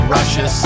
Russia